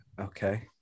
okay